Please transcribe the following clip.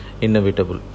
inevitable